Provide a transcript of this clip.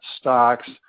stocks